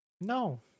No